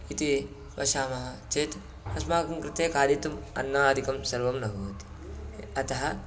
इति पश्यामः चेत् अस्माकं कृते खादितुम् अन्नादिकं सर्वं न भवति अतः